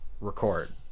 record